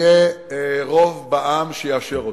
יהיה רוב בעם שיאשר אותו.